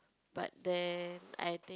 but then I